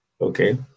Okay